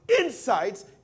insights